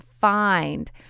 find